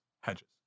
hedges